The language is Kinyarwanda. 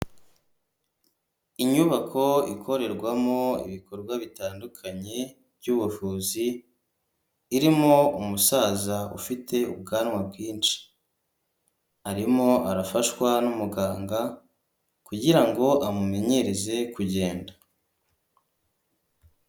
Inyubako ikorerwamo ibikorwa bitandukanye by'ubuvuzi irimo umusaza ufite ubwanwa bwinshi arimo arafashwa n'umuganga kugira ngo ngo amumenyereze kugenda.